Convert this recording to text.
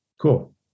cool